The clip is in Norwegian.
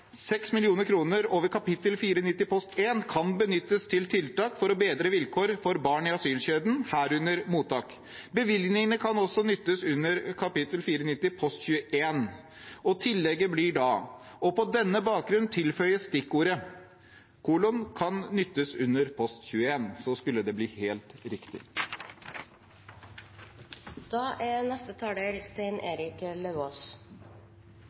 kroner over kap. 490 post 1, kan benyttes til tiltak for å bedre vilkår for barn i asylkjeden, herunder mottak. Bevilgningen kan også nyttes under kap. 490 post 21.» Tillegget blir da: «og på denne bakgrunn tilføyes stikkordet: kan nyttes under post 21.» Da skulle det bli helt riktig. Det er